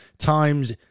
times